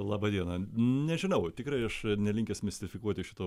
laba diena nežinau tikrai aš nelinkęs mistifikuoti šito